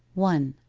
one.